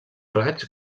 raig